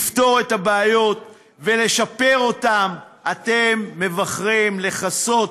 לפתור את הבעיות ולשפר אותן, אתם מבכרים לכסות,